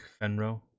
Fenro